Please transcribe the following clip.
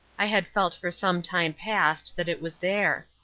i had felt for some time past that it was there.